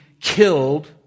killed